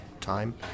time